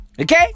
Okay